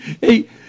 Hey